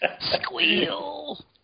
Squeal